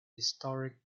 historic